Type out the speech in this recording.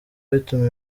bituma